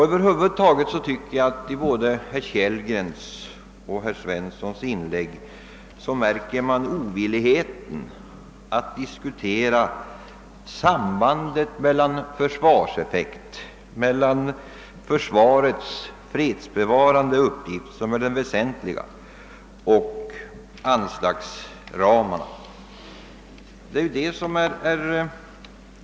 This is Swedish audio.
Över huvud taget tycker jag att man i både herr Kellgrens och herr Svenssons i Kungälv inlägg märker ovilligheten att diskutera sambandet mellan å ena sidan försvarseffekt, försvarets fredsbevarande uppgift, vilken är den väsentligaste, och å andra sidan anslagsramarna.